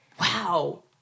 wow